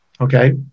Okay